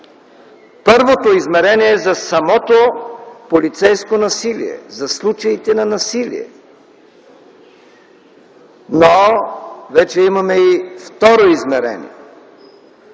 Първото измерение е за самото полицейско насилие, за случаите на насилие, но вече имаме и второ измерение